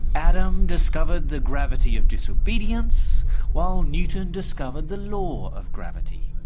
adam discovered the gravity of disobedience while newton discovered the law of gravity.